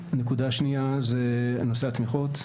הנקודה השנייה זה נושא התמיכות.